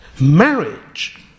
Marriage